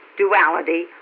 duality